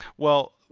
well,